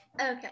Okay